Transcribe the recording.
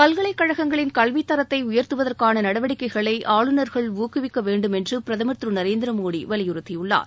பல்கலைக்கழகங்களின் கல்வித் தரத்தை உயர்த்துவதற்கான நடவடிக்கைகளை ஆளுநர்கள் ஊக்குவிக்க வேண்டும் என்று பிரதமர் திரு நரேந்திர மோடி வலியுறுத்தியுள்ளார்